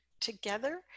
Together